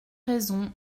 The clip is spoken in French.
raisons